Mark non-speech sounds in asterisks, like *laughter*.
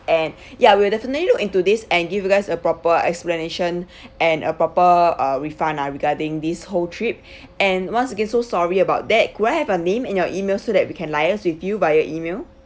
and *breath* yeah we'll definitely look into this and give you guys a proper explanation *breath* and a proper uh refund lah regarding this whole trip *breath* and once again so sorry about that could I have a name and your email so that we can liaise with you via email